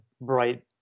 bright